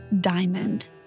Diamond